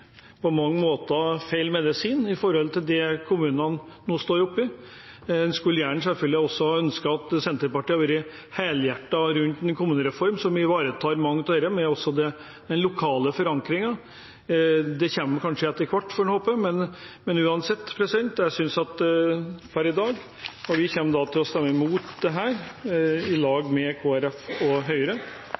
på mange måter blir feil medisin i forhold til det kommunene nå står oppe i. Man skulle selvfølgelig også ønske at Senterpartiet hadde vært helhjertet med hensyn til en kommunereform som ivaretar mye av dette – også den lokale forankringen. Det kommer kanskje etter hvert, får man håpe. Men uansett kommer vi i dag til å stemme imot dette sammen med Kristelig Folkeparti og Høyre.